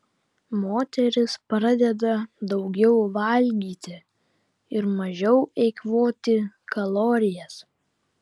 moteris pradeda daugiau valgyti ir mažiau eikvoti kalorijas